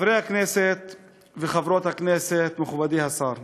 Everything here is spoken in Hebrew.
חברי הכנסת וחברות הכנסת, מכובדי השר,